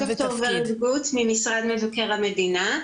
ד"ר ורד גוט ממשרד מבקר המדינה,